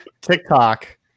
TikTok